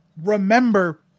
remember